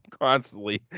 constantly